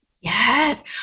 Yes